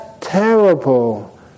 terrible